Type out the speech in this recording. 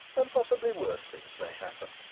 and possibly worse things may happen.